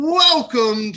welcome